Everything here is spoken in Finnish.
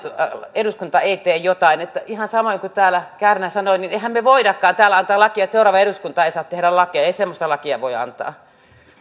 eduskunta ei tee jotain ihan samoin kuin täällä kärnä sanoi emmehän me voikaan täällä antaa lakia että seuraava eduskunta ei saa tehdä lakeja ei semmoista lakia voi antaa